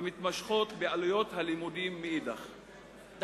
המתמשכות בעלויות הלימודים מאידך גיסא.